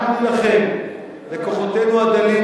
אנחנו נילחם בכוחותינו הדלים,